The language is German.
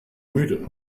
müde